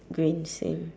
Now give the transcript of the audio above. green same